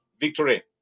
victory